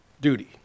duty